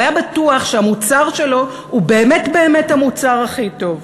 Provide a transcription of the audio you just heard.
הוא היה בטוח שהמוצר שלו הוא באמת באמת המוצר הכי טוב,